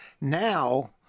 now